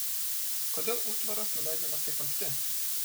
kodėl užtvaras nuleidžiamas taip anksti